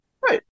Right